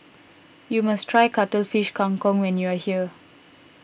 you must try Cuttlefish Kang Kong when you are here